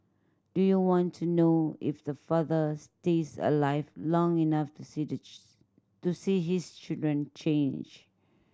do you want to know if the father stays alive long enough to see to see his children change